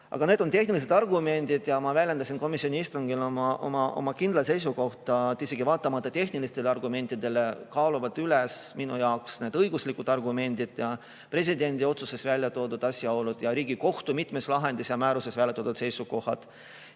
Aga need on tehnilised argumendid ja ma väljendasin komisjoni istungil oma kindlat seisukohta, et isegi vaatamata tehnilistele argumentidele minu jaoks kaaluvad üles need õiguslikud argumendid ja presidendi otsuses välja toodud asjaolud ning Riigikohtu mitmes lahendis ja määruses välja toodud seisukohad.